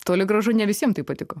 toli gražu ne visiem tai patiko